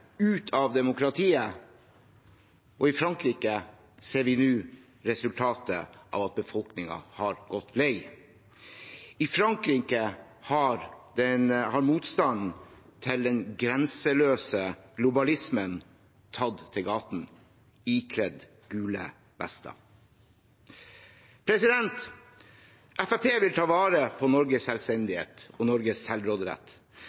ut av demokratiet, og i Frankrike ser vi nå resultatet av at befolkningen har gått lei. I Frankrike har motstanden mot den grenseløse globalismen tatt til gatene, ikledd gule vester. Fremskrittspartiet vil ta vare på Norges selvstendighet og selvråderett.